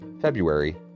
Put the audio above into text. February